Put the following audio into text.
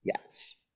Yes